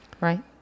right